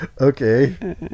okay